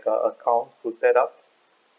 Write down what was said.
uh account to set up